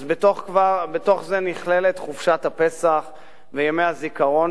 אז בתוך זה נכללת חופשת הפסח וימי הזיכרון,